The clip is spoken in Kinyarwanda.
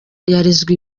yarezwe